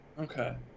Okay